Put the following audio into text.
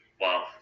wow